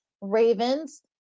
Ravens